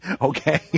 Okay